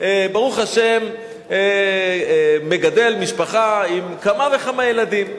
ברוך השם, מגדל משפחה עם כמה וכמה ילדים.